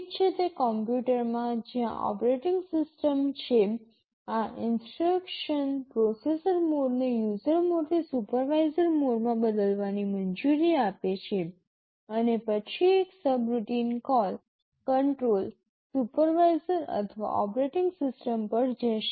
ઠીક છે તે કમ્પ્યુટરમાં જ્યાં ઓપપરેટિંગ સિસ્ટમ છે આ ઇન્સટ્રક્શન પ્રોસેસર મોડને યુઝર મોડથી સુપરવાઇઝર મોડમાં બદલવાની મંજૂરી આપે છે અને પછી એક સબરૂટીન કોલ કંટ્રોલ સુપરવાઇઝર અથવા ઓપરેટિંગ સિસ્ટમ પર જશે